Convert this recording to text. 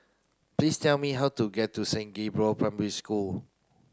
please tell me how to get to Saint Gabriel Primary School